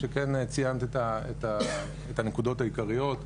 ציינת את הנקודות העיקריות.